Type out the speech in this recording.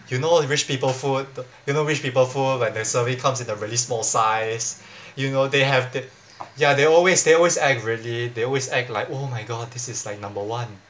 you know rich people food th~ you know rich people food when their serving comes in a really small size you know they have the ya they always they always act really they always act like oh my god this is like number one